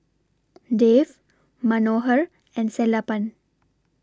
Dev Manohar and Sellapan